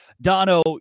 Dono